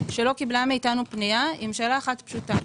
שלא קיבלו מאיתנו פנייה עם שאלה אחת פשוטה: